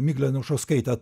miglė anušauskaitė